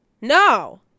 No